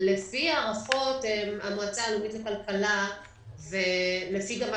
לפי הערכות המועצה האזורית לכלכלה וגם לפי מה